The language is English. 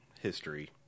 History